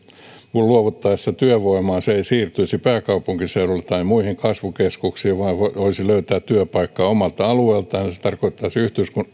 luovuttaessa työvoimaa se ei siirtyisi pääkaupunkiseudulle tai muihin kasvukeskuksiin vaan voisi löytyä työpaikka omalta alueelta se tarkoittaisi